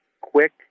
quick